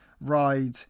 ride